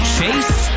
Chase